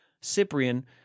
Cyprian